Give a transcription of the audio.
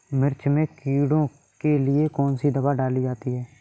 मिर्च में कीड़ों के लिए कौनसी दावा डाली जाती है?